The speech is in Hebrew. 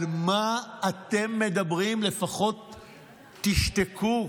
לפחות תשתקו.